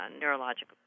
neurological